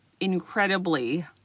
incredibly